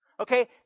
Okay